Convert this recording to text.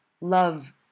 love